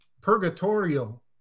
purgatorial